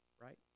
right